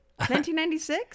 1996